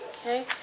Okay